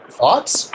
Thoughts